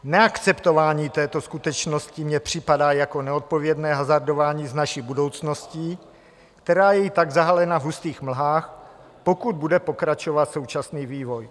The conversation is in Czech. Neakceptování této skutečnosti mně připadá jako neodpovědné hazardování s naší budoucností, která je tak zahalena v hustých mlhách, pokud bude pokračovat současný vývoj.